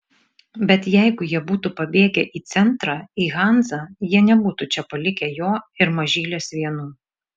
bet jeigu jie būtų pabėgę į centrą į hanzą jie nebūtų čia palikę jo ir mažylės vienų